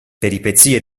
peripezie